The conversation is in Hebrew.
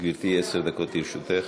גברתי, עשר דקות לרשותך.